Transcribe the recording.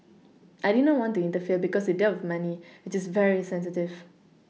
I did not want to interfere because it dealt with money which is very sensitive